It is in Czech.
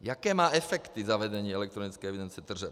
Jaké má efekty zavedení elektronické evidence tržeb?